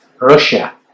Russia